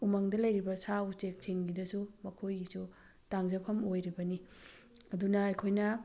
ꯎꯃꯪꯗ ꯂꯩꯔꯤꯕ ꯁꯥ ꯎꯆꯦꯛꯁꯤꯡꯒꯤꯗꯁꯨ ꯃꯈꯣꯏꯒꯤꯁꯨ ꯇꯥꯡꯖꯐꯝ ꯑꯣꯏꯔꯤꯕꯅꯤ ꯑꯗꯨꯅ ꯑꯩꯈꯣꯏꯅ